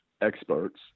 Experts